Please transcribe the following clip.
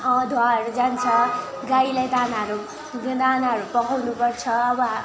धुवाहरू जान्छ गाईलाई दानाहरू खोले दानाहरू पकाउनुपर्छ अब